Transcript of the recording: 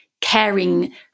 caring